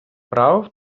справа